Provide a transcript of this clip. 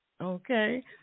Okay